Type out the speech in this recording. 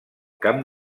camp